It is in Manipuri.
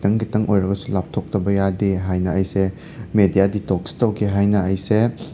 ꯈꯤꯇꯪ ꯈꯤꯇꯪ ꯑꯣꯏꯔꯒꯁꯨ ꯂꯥꯞꯊꯣꯛꯇꯕ ꯌꯥꯗꯦ ꯍꯥꯏꯅ ꯑꯩꯁꯦ ꯃꯦꯗꯤꯌꯥ ꯗꯤꯇꯣꯛꯁ ꯇꯧꯒꯦ ꯍꯥꯏꯅ ꯑꯩꯁꯦ